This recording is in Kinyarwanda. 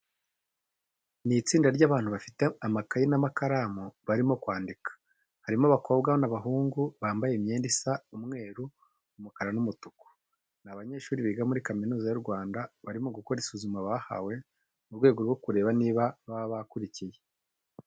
Ni itsinda ry'abantu bafite amakayi n'amakaramu barimo kwandika, harimo abakobwa n'abahungu bambaye imyenda isa umweru, umukara n'umutuku. Ni abanyeshuri biga muri Kaminuza y'u Rwanda, barimo gukora isuzuma bahawe mu rwego rwo kureba niba baba bakurikiye.